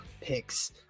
picks